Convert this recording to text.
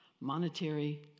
monetary